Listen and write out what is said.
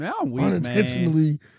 unintentionally